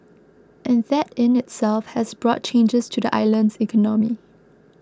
and that in itself has brought changes to the island's economy